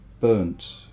burnt